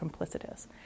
complicitous